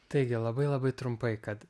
taigi labai labai trumpai kad